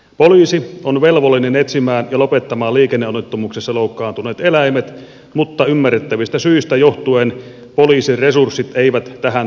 poliisi on velvollinen etsimään ja lopettamaan liikenneonnettomuuksissa loukkaantuneet eläimet mutta ymmärrettävistä syistä johtuen poliisin resurssit eivät tähän toimintaan riitä